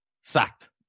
sacked